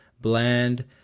Bland